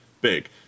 big